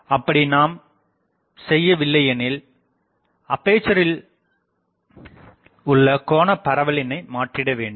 அப்படி நாம் செய்யவில்லையெனில் அப்பேசரில் உள்ள கோண பரவலினை மாற்றிட வேண்டும்